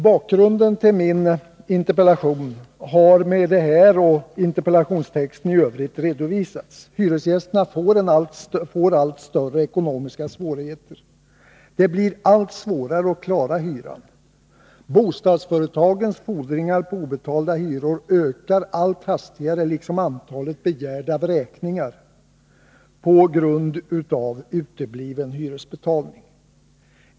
Bakgrunden till min interpellation har med detta och med ekonomiska svårigheter. Det blir allt svårare att klara hyran. Bostadsföretagens fordringar på obetalda hyror ökar allt hastigare liksom antalet begärda vräkningar på grund av utebliven hyresbetalning.